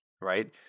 right